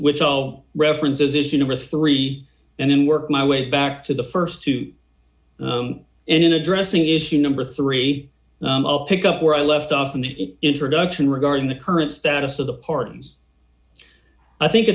which i'll reference as issue number three and then work my way back to the st two and in addressing issue number three pick up where i left off in the introduction regarding the current status of the pardons i think